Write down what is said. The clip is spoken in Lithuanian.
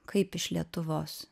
kaip iš lietuvos